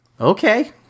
Okay